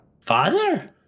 Father